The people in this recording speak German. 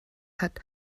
hatte